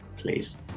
Please